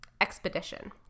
expedition